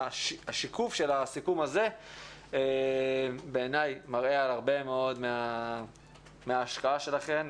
והשיקוף של הסיכום הזה בעיניי מראה על הרבה מאוד מההשקעה שלכן,